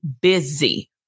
busy